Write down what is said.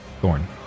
Thorn